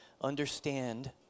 understand